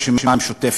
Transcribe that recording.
הרשימה המשותפת.